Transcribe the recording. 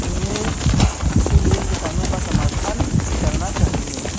इनमें इसीलिए किसनों का समर्थन करना चाहिए